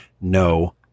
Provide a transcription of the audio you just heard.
No